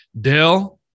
Dell